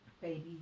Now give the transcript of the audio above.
baby